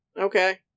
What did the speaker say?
Okay